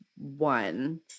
one